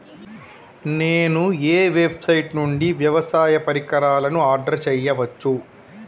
నేను ఏ వెబ్సైట్ నుండి వ్యవసాయ పరికరాలను ఆర్డర్ చేయవచ్చు?